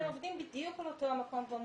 הם עובדים בדיוק על אותו המקום במוח.